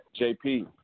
JP